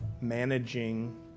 managing